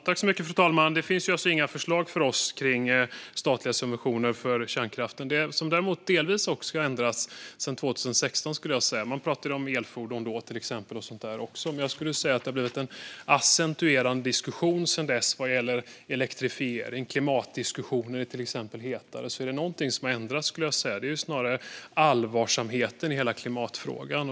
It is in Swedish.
Fru talman! Det finns inga förslag från oss om statliga subventioner för kärnkraften. Däremot har annat delvis ändrats sedan 2016. Man pratade om elfordon och sådant då också, men jag skulle säga att det sedan dess har blivit en accentuerad diskussion vad gäller elektrifiering. Till exempel är klimatdiskussionen hetare. Är det något som har ändrats är det snarare allvarsamheten i hela klimatfrågan.